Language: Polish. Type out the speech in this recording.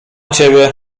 ciebie